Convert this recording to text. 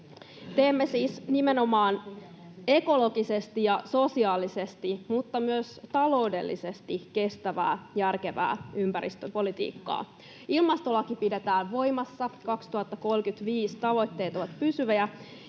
Teemme siis nimenomaan ekologisesti ja sosiaalisesti mutta myös taloudellisesti kestävää, järkevää ympäristöpolitiikkaa. Ilmastolaki pidetään voimassa, 2035-tavoitteet ovat pysyviä,